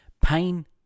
pain